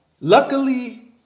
Luckily